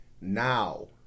now